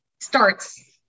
starts